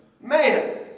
Man